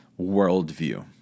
worldview